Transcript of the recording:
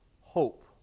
hope